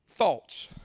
thoughts